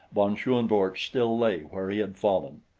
von schoenvorts still lay where he had fallen.